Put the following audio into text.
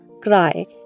cry